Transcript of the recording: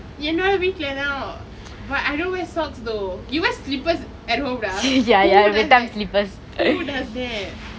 என்னோட வீட்டுலே தான்:ennode veetule thaan but I don't wear socks though you wear slippers at home dah who does that who does that